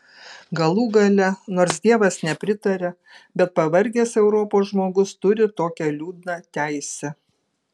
galų gale nors dievas nepritaria bet pavargęs europos žmogus turi tokią liūdną teisę